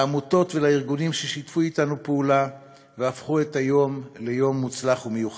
לעמותות ולארגונים ששיתפו אתנו פעולה והפכו את היום למוצלח ומיוחד.